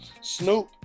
Snoop